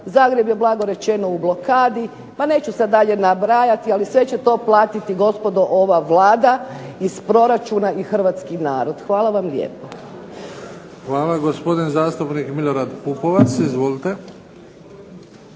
Zagreb je blago rečeno u blokadi, pa neću sad dalje nabrajati, ali sve će to platiti gospodo ova Vlada iz proračuna i hrvatski narod. Hvala vam lijepa. **Bebić, Luka (HDZ)** Hvala. Gospodin zastupnik Milorad Pupovac. Izvolite.